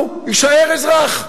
הוא יישאר אזרח.